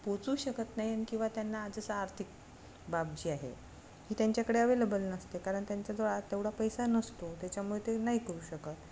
पोचू शकत नाही आणि किंवा त्यांना आजच आर्थिक बाब जी आहे ही त्यांच्याकडे अवेलेबल नसते कारण त्यांचाजवळ तेवढा पैसा नसतो त्याच्यामुळे ते नाही करू शकत